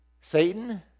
Satan